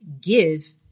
give